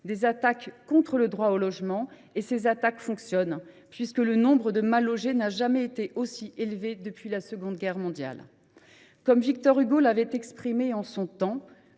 des attaques contre le droit au logement. Or ces attaques fonctionnent, puisque le nombre de mal logés n’a jamais été aussi élevé depuis la Seconde Guerre mondiale. Victor Hugo l’avait ainsi exprimé en son temps